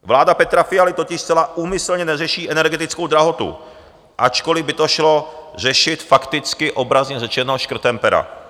Vláda Petra Fialy totiž zcela úmyslně neřeší energetickou drahotu, ačkoliv by to šlo řešit fakticky, obrazně řečeno, škrtem pera.